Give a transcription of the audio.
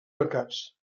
mercats